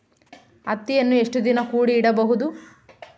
ಹತ್ತಿಯನ್ನು ಎಷ್ಟು ದಿನ ಕೂಡಿ ಇಡಬಹುದು?